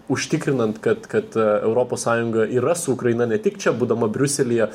užtikrinant kad kad europos sąjunga yra su ukraina ne tik čia būdama briuselyje